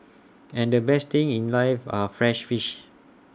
and the best things in life are free fish